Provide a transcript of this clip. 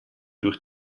durch